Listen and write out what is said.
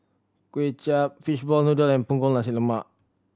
Kuay Chap fish ball noodle and Punggol Nasi Lemak